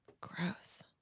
Gross